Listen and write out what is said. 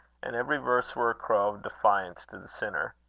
and every verse were a crow of defiance to the sinner.